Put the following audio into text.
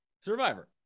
survivor